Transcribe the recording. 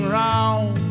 round